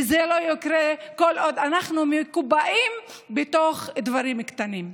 וזה לא יקרה כל עוד אנחנו מקובעים בתוך דברים קטנים.